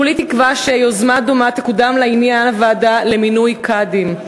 כולי תקווה שיוזמה דומה תקודם לעניין הוועדה למינוי קאדים.